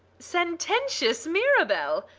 sententious mirabell!